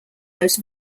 most